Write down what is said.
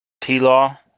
T-Law